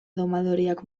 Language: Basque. domadoreak